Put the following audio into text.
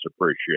appreciate